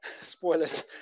Spoilers